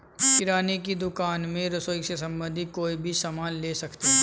किराने की दुकान में रसोई से संबंधित कोई भी सामान ले सकते हैं